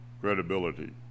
credibility